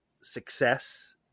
success